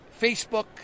Facebook